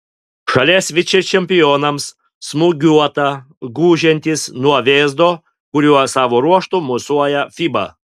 šalies vicečempionams smūgiuota gūžiantis nuo vėzdo kuriuo savo ruožtu mosuoja fiba